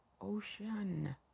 ocean